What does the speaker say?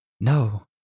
no